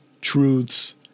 truths